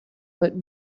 but